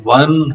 one